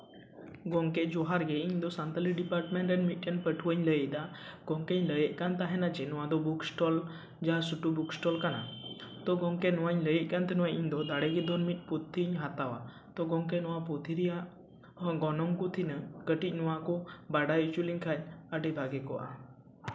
ᱜᱚᱢᱠᱮ ᱡᱚᱦᱟᱨ ᱜᱮ ᱤᱧ ᱫᱚ ᱥᱟᱱᱛᱟᱞᱤ ᱰᱤᱯᱟᱨᱴᱢᱮᱱᱴ ᱨᱮᱱ ᱢᱤᱫᱴᱮᱱ ᱯᱟᱹᱴᱷᱩᱣᱟᱹᱧ ᱞᱟᱹᱭᱫᱟ ᱜᱚᱢᱠᱮᱧ ᱞᱟᱹᱭᱮᱫ ᱠᱟᱱ ᱛᱟᱦᱮᱱᱟ ᱡᱮ ᱱᱚᱣᱟ ᱫᱚ ᱵᱩᱠ ᱥᱴᱚᱞ ᱡᱟᱦᱟᱸ ᱥᱩᱴᱩ ᱵᱩᱠ ᱥᱴᱚᱞ ᱠᱟᱱᱟ ᱛᱳ ᱜᱚᱝᱠᱮ ᱱᱚᱣᱟᱧ ᱞᱟᱹᱭᱮᱫ ᱠᱟᱱ ᱤᱧ ᱫᱚ ᱫᱟᱲᱮ ᱜᱮ ᱫᱷᱚᱱ ᱢᱤᱫ ᱯᱩᱛᱷᱤᱧ ᱦᱟᱛᱟᱣᱟ ᱛᱳ ᱜᱚᱢᱠᱮ ᱱᱚᱣᱟ ᱯᱩᱛᱷᱤ ᱨᱮᱭᱟᱜ ᱜᱚᱱᱚᱝ ᱠᱚ ᱛᱤᱱᱟᱹᱜ ᱠᱟᱹᱴᱤᱡ ᱱᱚᱣᱟ ᱠᱚ ᱵᱟᱰᱟᱭ ᱦᱚᱪᱚ ᱞᱤᱧ ᱠᱷᱟᱱ ᱟᱹᱰᱤ ᱵᱷᱟᱜᱮ ᱠᱚᱜᱼᱟ